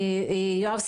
יואב סגלוביץ',